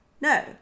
No